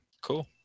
cool